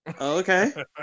okay